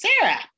Sarah